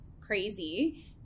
crazy